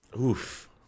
Oof